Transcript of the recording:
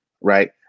right